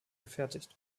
gefertigt